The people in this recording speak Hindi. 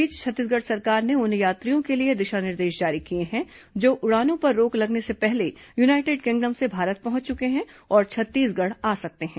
इस बीच छत्तीसगढ़ सरकार ने उन यात्रियों के लिए दिशा निर्देश जारी किए हैं जो उड़ानों पर रोक लगने से पहले यूनाइटेड किंगडम से भारत पहंच चुके हैं और छत्तीसगढ़ आ सकते हैं